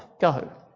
Go